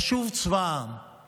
צבא העם חשוב.